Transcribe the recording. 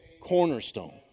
cornerstone